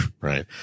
Right